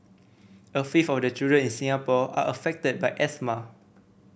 a fifth of the children in Singapore are affected by asthma